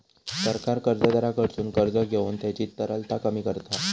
सरकार कर्जदाराकडसून कर्ज घेऊन त्यांची तरलता कमी करता